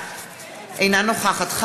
אינו נוכח רחל עזריה,